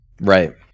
right